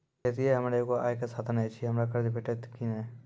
खेतीये हमर एगो आय के साधन ऐछि, हमरा कर्ज भेटतै कि नै?